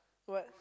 what